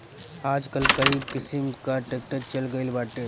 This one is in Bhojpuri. आजकल कई किसिम कअ ट्रैक्टर चल गइल बाटे